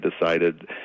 decided